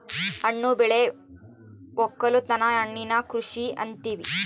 ಹಣ್ಣು ಬೆಳೆ ವಕ್ಕಲುತನನ ಹಣ್ಣಿನ ಕೃಷಿ ಅಂತಿವಿ